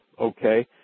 Okay